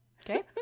okay